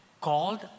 called